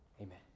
Amen